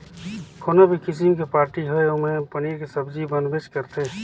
कोनो भी किसिम के पारटी होये ओम्हे पनीर के सब्जी बनबेच करथे